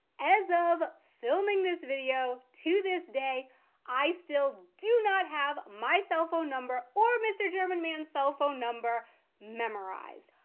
as of filming this video to this day i still do not have my cell phone number or mr. german man's cell phone number memorized.